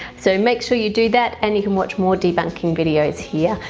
so make sure you do that and you can watch more debunking videos here.